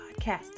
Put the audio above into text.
podcast